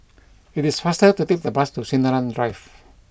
it is faster to take the bus to Sinaran Drive